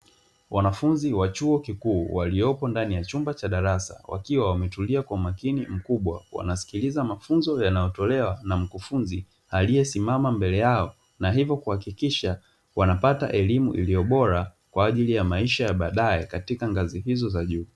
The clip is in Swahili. Wanafunzi wa chuo kikuu, waliopo ndani ya chumba cha darasa, wakiwa wametulia kwa umakini mkubwa, wanasikiliza mafunzo yanayotolewa na mkufunzi aliyesimama mbele yao na hivyo kuhakikisha wanapata elimu iliyo bora kwa ajili ya maisha ya baadaye katika ngazi hizo za juu.